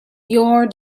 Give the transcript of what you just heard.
your